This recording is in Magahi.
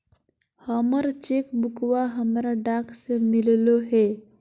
हमर चेक बुकवा हमरा डाक से मिललो हे